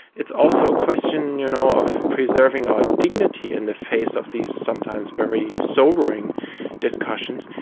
it's also a question you know of preserving our dignity in the face of these sometimes very sobering discussions,